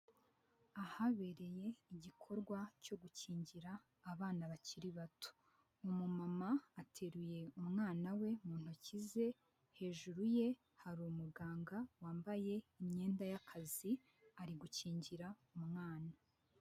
Ahabereye igikorwa cyo gukingira abana bakiri bato, umumama ateruye umwana we mu ntoki ze hejuru ye hari umuganga wambaye imyenda y'akazi ari gukingira umwana.